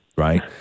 right